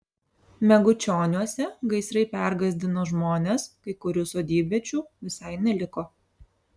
megučioniuose gaisrai pergąsdino žmones kai kurių sodybviečių visai neliko